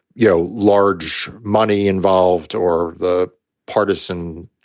you know, large money involved or the partisan